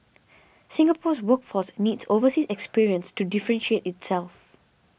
Singapore's workforce needs overseas experience to differentiate itself